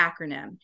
acronym